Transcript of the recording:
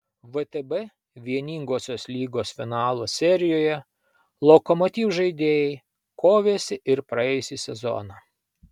vtb vieningosios lygos finalo serijoje lokomotiv žaidėjai kovėsi ir praėjusį sezoną